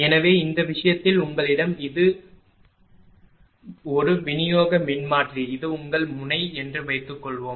எனவே இந்த விஷயத்தில் உங்களிடம் இது ஒரு விநியோக மின்மாற்றி இது உங்கள் முனை என்று வைத்துக்கொள்வோம்